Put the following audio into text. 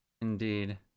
Indeed